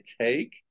take